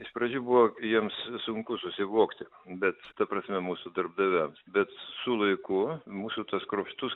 iš pradžių buvo jiems sunku susivokti bet ta prasme mūsų darbdaviam bet su laiku mūsų tas kruopštus